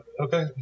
Okay